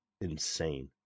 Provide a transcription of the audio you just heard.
insane